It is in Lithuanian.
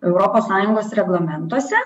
europos sąjungos reglamentuose